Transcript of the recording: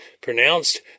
pronounced